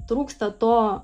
trūksta to